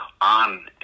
on